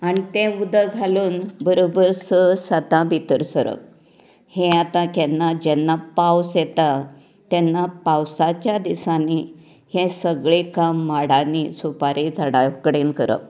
आनी तें उदक घालून बरोबर स सातांक भितर सरप हे आता केन्ना जेन्ना पावस येता तेन्ना पावसाच्या दिसांनी हे सगळें काम माडांनी सुपारे झाडां कडेन करप